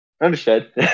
Understood